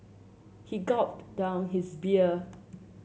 he gulped down his beer